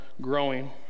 growing